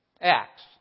Acts